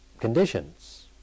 conditions